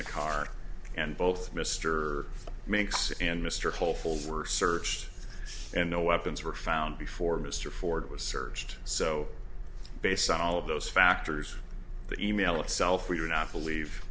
the car and both mr mix and mr hopefuls were searched and no weapons were found before mr ford was searched so based on all of those factors the e mail itself we do not believe